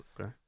Okay